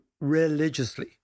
religiously